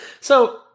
So-